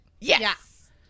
Yes